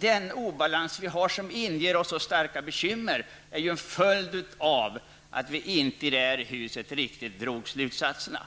Den obalans armén har, som inger oss så stora bekymmer, är ju en följd av att vi i det här huset inte riktigt vidhöll de rätta slutsatserna.